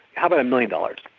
how about a million dollars.